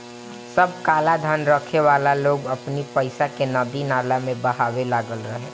सब कालाधन रखे वाला लोग अपनी पईसा के नदी नाला में बहावे लागल रहे